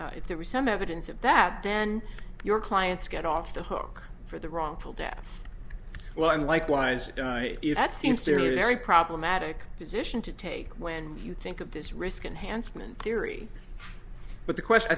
if there was some evidence of that then your clients get off the hook for the wrongful death well and likewise if that seems to be very problematic position to take when you think of this risk unhandsome and theory but the question i